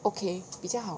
okay 比较好